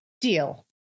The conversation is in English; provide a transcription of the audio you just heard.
Deal